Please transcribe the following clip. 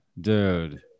Dude